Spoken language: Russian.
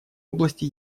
области